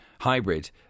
hybrid